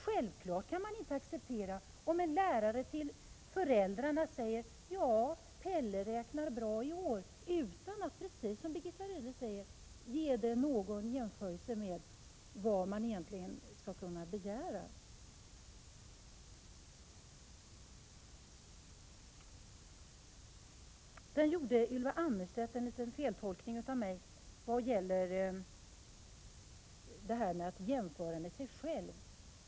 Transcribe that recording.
Självfallet kan vi inte acceptera att en lärare säger till föräldrarna att Pelle räknar bra i år utan att, precis som Birgitta Rydle säger, sätta detta i relation till vad man egentligen skall kunna begära. Ylva Annerstedt gjorde en liten feltolkning av mig vad gäller detta med att jämföra med sig själv.